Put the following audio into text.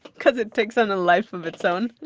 cause it takes on a life of its own.